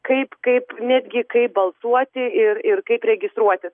kaip kaip netgi kaip balsuoti ir ir kaip registruotis